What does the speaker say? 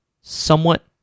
somewhat